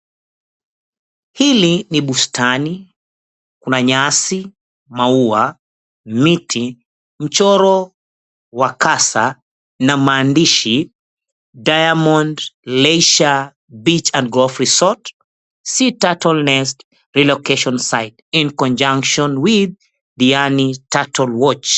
Hili ni bustani, kuna nyasi, maua, miti, mchoro wa kasa na maandishi, "Diamond Leisure Beach and Golf Resort Sea Turtle Nest Relocation Site in Conjunction with Diani Turtle Watch."